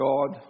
God